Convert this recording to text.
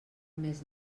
més